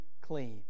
clean